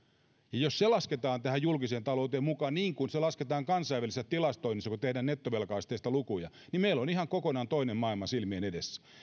jos ne lasketaan tähän julkiseen talouteen mukaan niin kuin ne lasketaan kansainvälisessä tilastoinnissa kun tehdään nettovelka asteista lukuja niin meillä on ihan kokonaan toinen maailma silmien edessä